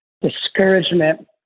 discouragement